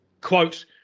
Quote